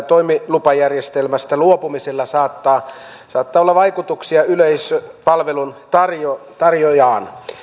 toimilupajärjestelmästä luopumisella saattaa saattaa olla vaikutuksia yleispalveluntarjoajaan